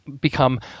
become